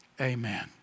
Amen